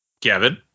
Kevin